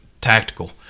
tactical